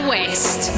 West